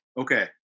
Okay